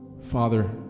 Father